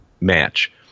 match